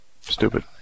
stupid